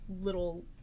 little